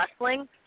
wrestling